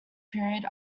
period